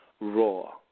raw